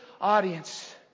audience